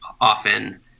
often